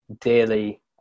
daily